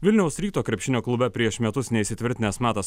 vilniaus ryto krepšinio klube prieš metus neįsitvirtinęs matas